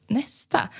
nästa